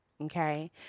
Okay